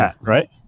right